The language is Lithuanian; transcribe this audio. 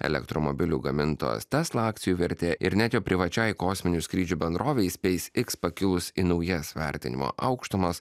elektromobilių gamintojos tesla akcijų vertė ir net jo privačiai kosminių skrydžių bendrovei speis iks pakilus į naujas vertinimo aukštumas